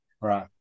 Right